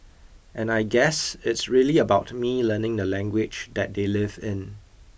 and I guess it's really about me learning the language that they live in